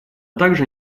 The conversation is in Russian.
также